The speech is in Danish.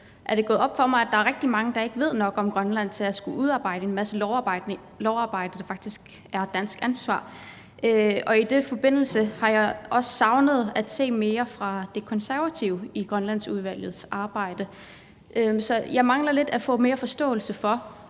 er det gået op for mig, at der er rigtig mange, der ikke ved nok om Grønland til at skulle udarbejde en masse love, der faktisk er dansk ansvar, og i den forbindelse har jeg også savnet at se mere fra De Konservative i Grønlandsudvalgets arbejde. Jeg mangler lidt at få mere forståelse for,